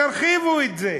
תרחיבו את זה.